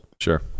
sure